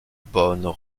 bonnes